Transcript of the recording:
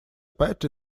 party